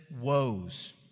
woes